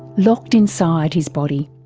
locked inside his body.